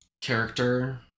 character